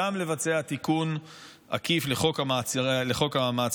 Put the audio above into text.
לבצע תיקון עקיף לחוק המעצרים,